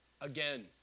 again